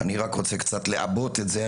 אני רק רוצה קצת לעבות את זה.